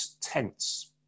tense